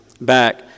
back